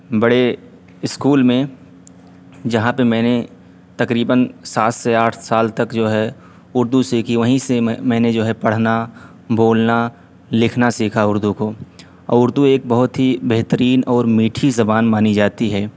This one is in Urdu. بڑے اسکول میں جہاں پہ میں نے تکریباً سات سے آٹھ سال تک جو ہے اردو سیکھی وہیں سے میں میں نے جو ہے پڑھنا بولنا لکھنا سیکھا اردو کو اور اردو ایک بہت ہی بہترین اور میٹھی زبان مانی جاتی ہے